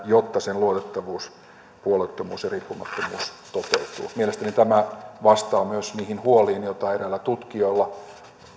jotta sen luotettavuus puolueettomuus ja riippumattomuus toteutuvat mielestäni tämä vastaa myös niihin huoliin joita eräillä tutkijoilla